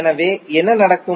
எனவே என்ன நடக்கும்